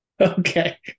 okay